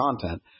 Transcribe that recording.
content